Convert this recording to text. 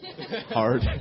hard